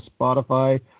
Spotify